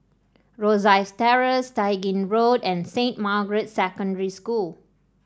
Rosyth Terrace Tai Gin Road and Saint Margaret's Secondary School